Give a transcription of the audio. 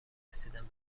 رسیدن